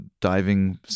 diving